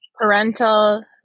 Parental